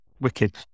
wicked